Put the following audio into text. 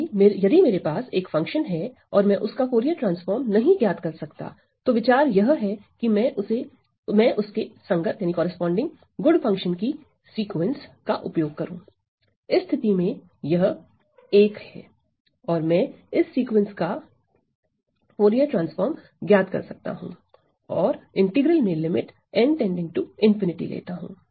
फिर भी यदि मेरे पास एक फंक्शन है और मैं उसका फूरिये ट्रांसफॉर्म नहीं ज्ञात कर सकता तो विचार यह है कि मैं उसके संगत गुड फंक्शन की सीक्वेंस का उपयोग करूँ इस स्थिति में यह 1है और मैं इस सीक्वेंस का फूरिये ट्रांसफॉर्म ज्ञात कर सकता हूं और इंटीग्रल में लिमिट लेता हूं